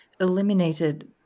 Eliminated